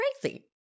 crazy